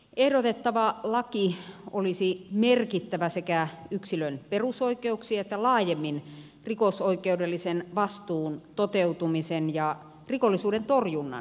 ehdotettava laki olisi merkittävä sekä yksilön perusoikeuksien että laajemmin rikosoikeudellisen vastuun toteutumisen ja rikollisuuden torjunnan näkökulmasta